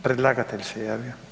Predlagatelj se javio.